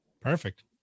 perfect